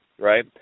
right